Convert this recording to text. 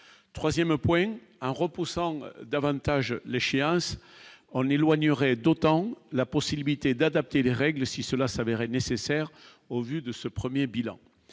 3ème point un repos sans davantage les chiens s'en éloigneraient d'autant la possibilité d'adapter les règles, si cela s'avérait nécessaire, au vu de ce 1er bilan